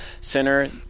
center